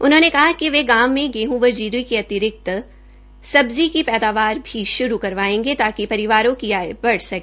उन्होंने कहा कि वे गांव में गेहूं व जीरी के अतिरिक्त सब्जी की पैदावार भी करवायेंगे ताकि परिवारों की आय बढ़ सके